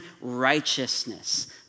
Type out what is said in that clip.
righteousness